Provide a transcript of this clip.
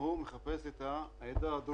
סמיע אלא הוא מחפש את העדה הדרוזית.